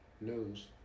news